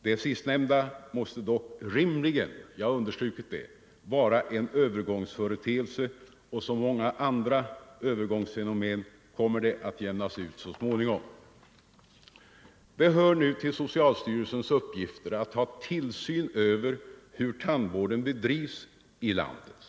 Det sistnämnda måste dock rimligen — jag har understrukit det — vara en övergångsföreteelse, och som så många andra övergångsfenomen kommer det att jämnas ut så småningom. Det hör till socialstyrelsens uppgifter att ha tillsyn över hur tandvården bedrivs i landet.